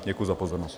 Děkuji za pozornost.